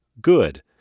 Good